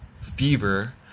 fever